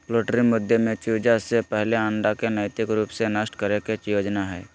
poultry मुद्दे में चूजा से पहले अंडा के नैतिक रूप से नष्ट करे के योजना हइ